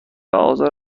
آزار